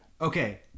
Okay